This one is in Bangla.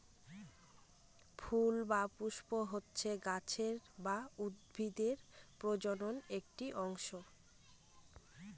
ফুল বা পুস্প হচ্ছে গাছের বা উদ্ভিদের প্রজনন একটি অংশ